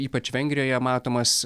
ypač vengrijoje matomas